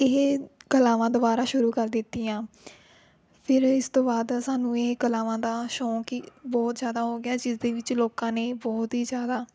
ਇਹ ਕਲਾਵਾਂ ਦੁਬਾਰਾ ਸ਼ੁਰੂ ਕਰ ਦਿੱਤੀਆਂ ਫਿਰ ਇਸ ਤੋਂ ਬਾਅਦ ਸਾਨੂੰ ਇਹ ਕਲਾਵਾਂ ਦਾ ਸ਼ੌਕ ਹੀ ਬਹੁਤ ਜ਼ਿਆਦਾ ਹੋ ਗਿਆ ਜਿਸ ਦੇ ਵਿੱਚ ਲੋਕਾਂ ਨੇ ਬਹੁਤ ਹੀ ਜ਼ਿਆਦਾ